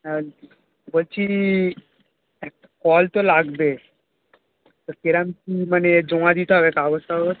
হ্যাঁ বলছি একটা কল তো লাগবে তো কীরকম কী মানে জমা দিতে হবে কাগজ টাগজ